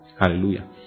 Hallelujah